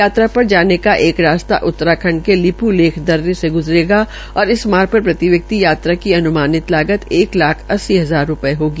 यात्रा पर जाने का एक रास्ता उतराखंड के लिप् लेख दर्रे से गुजरेगा और इस मार्ग पर प्रति व्यकित यात्रा की अनुमानित लागत एक लाख अस्सी हजार रूपये होगी